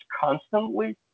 constantly